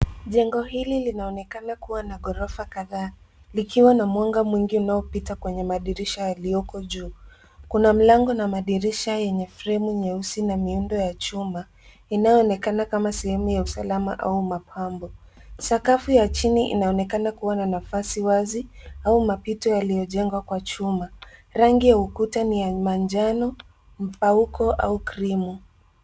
Jengo hili linaonekana kuwa na ghorofa kadhaa, likiwa na mwanga mwingi unaopitia madirisha yaliyoko juu. Kuna milango na madirisha yenye fremu nyeusi na ya chuma, inayoonekana kama sehemu ya usalama au mapambo. Sakafu ya chini inaonekana kuwa na nafasi wazi au mapito yaliyojengwa kwa chuma. Rangi ya ukuta ni ya manjano, mpauko au krimu.